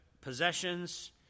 possessions